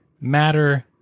matter